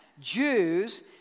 Jews